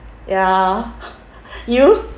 ya you